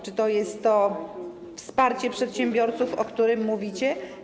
Czy to jest to wsparcie przedsiębiorców, o którym mówicie?